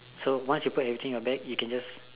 so once you put everything in your bag you can just